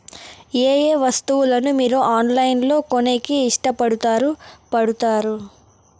ఏయే వస్తువులను మీరు ఆన్లైన్ లో కొనేకి ఇష్టపడుతారు పడుతారు?